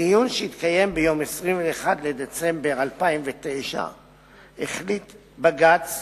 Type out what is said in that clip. בדיון שהתקיים ביום 21 בדצמבר 2009 החליט בג"ץ